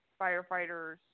firefighters